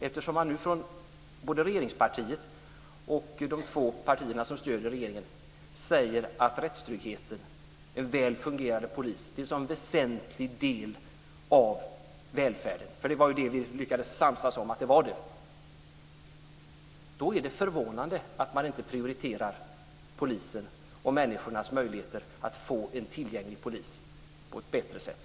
Eftersom man nu både från regeringspartiet och från de två partier som stöder regeringen säger att rättstryggheten och en väl fungerande polis är en sådan väsentlig del av välfärden - för vi lyckades ju samsas om att det var det - så är det förvånande att man inte prioriterar polisen och människornas möjligheter att få en tillgänglig polis på ett bättre sätt.